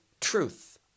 truth